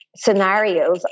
scenarios